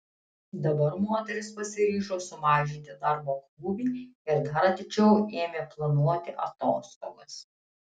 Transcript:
dabar moteris pasiryžo sumažinti darbo krūvį ir dar atidžiau ėmė planuoti atostogas